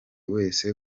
wese